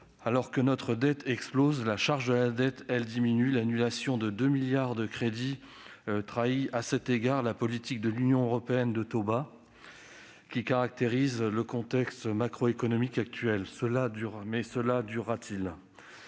alors que notre dette explose, la charge de la dette, elle, diminue. L'annulation de 2 milliards d'euros de crédits trahit, à cet égard, la politique européenne de taux bas qui caractérise le contexte macroéconomique actuel. Mais cela durera-t-il ?